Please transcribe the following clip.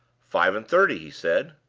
five-and-thirty, he said.